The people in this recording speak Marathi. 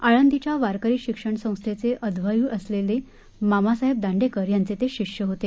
आळंदीच्या वारकरी शिक्षण संस्थेचे अध्वर्य् असलेल्या मामासाहेब दांडेकर यांचे ते शिष्य होते